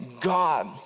God